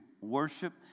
Worship